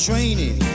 Training